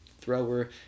thrower